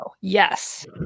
Yes